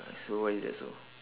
so why is that so